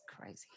crazy